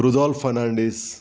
Rujol Fernandes